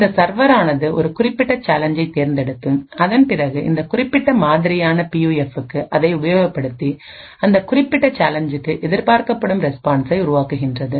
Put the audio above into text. இந்த சர்வர் ஆனது ஒரு குறிப்பிட்ட சேலஞ்சை தேர்ந்தெடுத்து அதன் பிறகு இந்த குறிப்பிட்ட மாதிரியான பியூஎஃப்க்கு அதை உபயோகப்படுத்தி அந்த குறிப்பிட்ட சேலஞ்சுக்கு எதிர்பார்க்கப்படும் ரெஸ்பான்ஸை உருவாக்குகின்றது